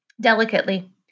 delicately